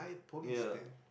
ya